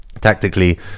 tactically